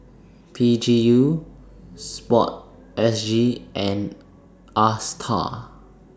P G U Sportsg and ASTAR